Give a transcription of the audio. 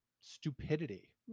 Stupidity